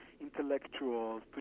intellectuals